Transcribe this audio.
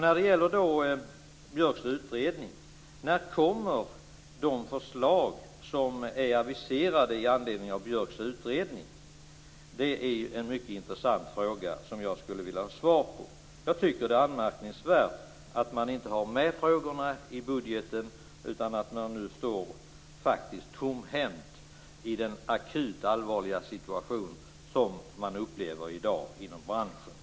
När det gäller Björks utredning: När kommer de förslag som är aviserade i anledning av Björks utredning? Det är en mycket intressant fråga som jag skulle vilja ha svar på. Jag tycker att det är anmärkningsvärt att man inte har frågorna med i budgeten, utan att man faktiskt står tomhänt i den akut allvarliga situation som branschen i dag befinner sig i.